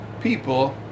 people